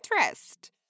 interest